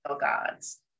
gods